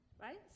Right